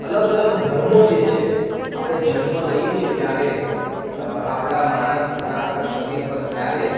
અલગ અલગ ધર્મો જે છે આપણે જન્મ લઈએ છીએ ત્યારે આપણા માણસનાં આખા શરીર પર ક્યારે